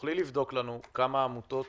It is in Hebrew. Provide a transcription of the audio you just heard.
תוכלי לבדוק לנו כמה עמותות